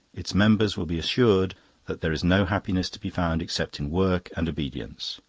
its members will be assured that there is no happiness to be found except in work and obedience